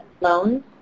loans